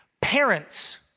Parents